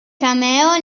cameo